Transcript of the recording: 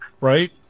Right